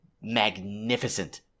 magnificent